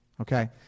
Okay